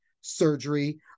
surgery